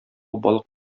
балык